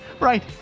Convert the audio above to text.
right